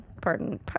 pardon